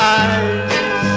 eyes